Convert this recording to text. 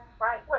Right